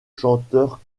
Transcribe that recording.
chanteur